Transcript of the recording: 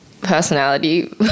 personality